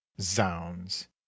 zounds